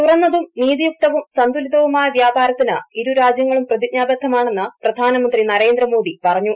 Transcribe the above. തുറന്നതും നീതിയുക്തവും സന്തുലിതവുമായ വ്യാപാരത്തിന് ഇരു രാജ്യങ്ങളും പ്രതിജ്ഞാബദ്ധമാണെന്ന് പ്രധാനമന്ത്രി നരേന്ദ്രമോദി പറഞ്ഞു